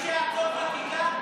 מי שיעצור חקיקה,